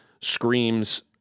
screams